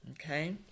okay